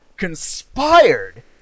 conspired